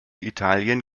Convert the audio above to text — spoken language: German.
italien